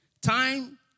Time